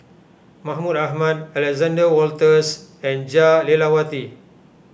Mahmud Ahmad Alexander Wolters and Jah Lelawati